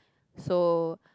so